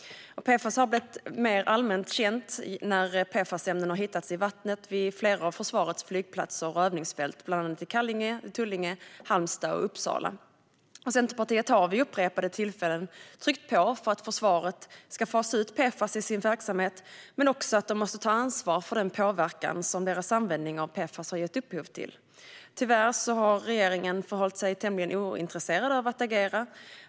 PFAS har blivit mer allmänt känt när PFAS-ämnen har hittats i vattnet vid flera av försvarets flygplatser och övningsfält, bland annat i Kallinge, Tullinge, Halmstad och Uppsala. Centerpartiet har vid upprepade tillfällen tryckt på för att försvaret ska fasa ut PFAS i sin verksamhet, men också för att de måste ta ansvar för den påverkan som deras användning av PFAS har gett upphov till. Tyvärr har regeringen förhållit sig tämligen ointresserad till att agera.